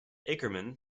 akerman